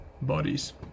bodies